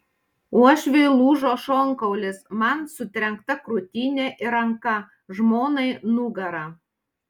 uošviui lūžo šonkaulis man sutrenkta krūtinė ir ranka žmonai nugara